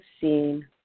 seen